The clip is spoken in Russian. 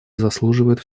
заслуживают